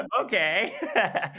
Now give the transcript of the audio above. okay